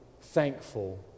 thankful